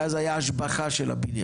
ואז היה השבחה של הבניין.